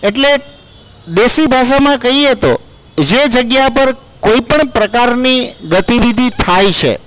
એટલે દેશી ભાષામાં કહીએ તો જે જગ્યા પર કોઈ પણ પ્રકારની ગતિવિધિ થાય છે